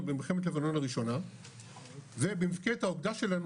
בלבנון במלחמת לבנון הראשונה ובמפקדת האוגדה שלנו